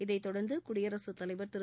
இதைத் தொடர்ந்து குடியரசுத்தலைவா் திரு